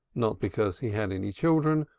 not because he had any children,